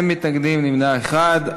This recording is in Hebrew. אין מתנגדים, נמנע אחד.